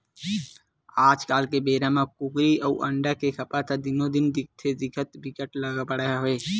आजकाल के बेरा म कुकरी अउ अंडा के खपत ह दिनो दिन देखथे देखत बिकट बाड़गे हवय